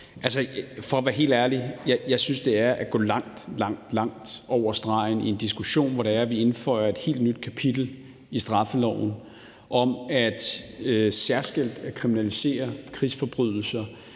For at være helt ærlig synes jeg, at det er at gå langt, langt over stregen i en diskussion, hvor vi indføjer et helt nyt kapitel i straffeloven om særskilt at kriminalisere krigsforbrydelser,